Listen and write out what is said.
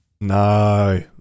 No